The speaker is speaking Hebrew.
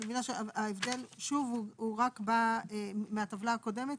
אני מבינה שההבדל, שוב, הוא רק מהטבלה הקודמת,